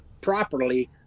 properly